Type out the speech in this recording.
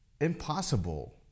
impossible